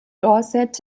dorset